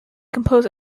compose